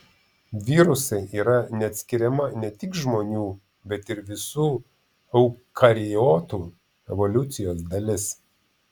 virusai yra neatskiriama ne tik žmonių bet ir visų eukariotų evoliucijos dalis